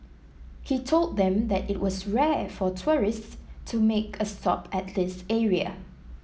he told them that it was rare for tourists to make a stop at this area